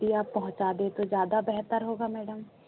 जी आप पहुँचा दें तो ज़्यादा बेहतर होगा मैडम